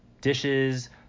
dishes